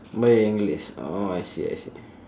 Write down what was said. malay english orh I see I see